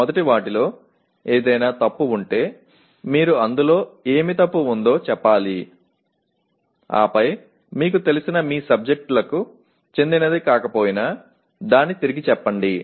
మొదట వాటిలో ఏదైనా తప్పు ఉంటే మీరు అందులో ఏమి తప్పు ఉందో చెప్పాలి ఆపై మీకు తెలిసిన మీ సబ్జెక్టులకు చెందినది కాకపోయినా దాన్ని తిరిగి చెప్పండి